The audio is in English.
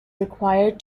required